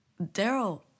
Daryl